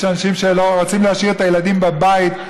יש אנשים שרוצים להשאיר את הילדים בבית.